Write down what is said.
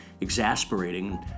exasperating